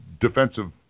defensive